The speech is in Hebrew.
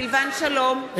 סילבן שלום,